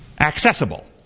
accessible